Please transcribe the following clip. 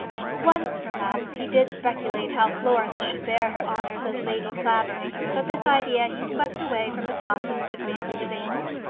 once, perhaps, he did speculate how florence should bear her honours as lady clavering but this idea he swept away from his thoughts as quickly as he was able.